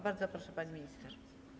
Bardzo proszę, pani minister.